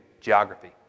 geography